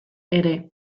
ere